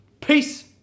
Peace